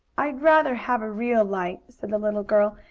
i'd rather have a real light, said the little girl.